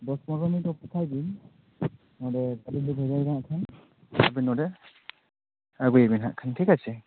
ᱫᱚᱥ ᱯᱚᱰᱨᱳ ᱢᱤᱱᱤᱴ ᱚᱯᱮᱠᱷᱟᱭ ᱵᱤᱱ ᱚᱱᱮ ᱜᱟᱹᱰᱤ ᱞᱮ ᱵᱷᱮᱡᱟᱭᱮᱫ ᱟᱜ ᱠᱷᱟᱱ ᱟᱵᱮᱱ ᱱᱚᱰᱮ ᱟᱹᱜᱩᱭᱟᱵᱮᱱ ᱟᱜ ᱠᱷᱟᱱ ᱴᱷᱤᱠ ᱟᱪᱷᱮ